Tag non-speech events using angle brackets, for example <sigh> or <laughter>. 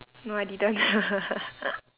no I didn't lah <noise>